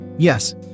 Yes